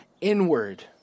inward